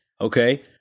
okay